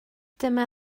dyma